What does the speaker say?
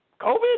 COVID